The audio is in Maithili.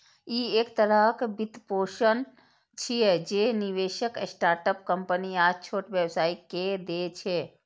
ई एक तरहक वित्तपोषण छियै, जे निवेशक स्टार्टअप कंपनी आ छोट व्यवसायी कें दै छै